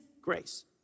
grace